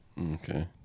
Okay